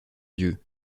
dieu